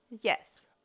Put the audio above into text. Yes